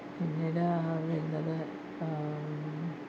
പിന്നീട് വേണ്ടത്